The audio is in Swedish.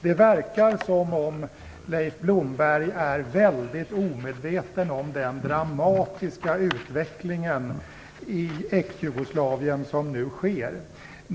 Det verkar som om Leif Blomberg är väldigt omedveten om den dramatiska utveckling i Exjugoslavien som nu sker.